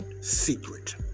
Secret